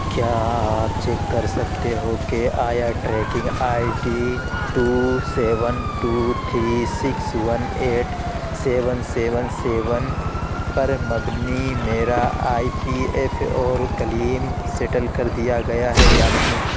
کیا آپ چیک کر سکتے ہو کہ آیا tracking I D two seven two three six one eight seven seven seven پر مبنی میرا آئی پی ایف اور کلیم سیٹل کر دیا گیا ہے یا نہیں